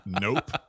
Nope